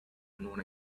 own